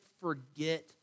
forget